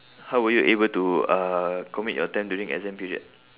how were you able to uh commit your time during exam period